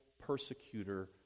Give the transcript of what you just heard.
persecutor